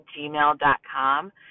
gmail.com